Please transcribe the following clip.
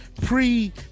pre